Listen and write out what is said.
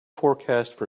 forecast